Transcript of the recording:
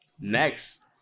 next